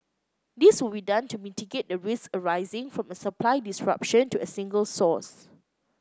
this will be done to mitigate the risks arising from a supply disruption to a single source